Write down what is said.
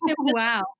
Wow